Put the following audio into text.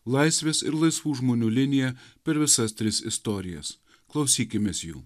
laisvės ir laisvų žmonių linija per visas tris istorijas klausykimės jų